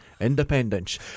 Independence